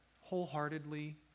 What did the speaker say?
wholeheartedly